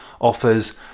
offers